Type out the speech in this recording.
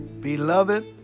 Beloved